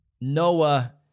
Noah